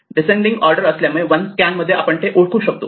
descending order असल्यामुळे one scan मध्ये आपण ते ओळखू शकतो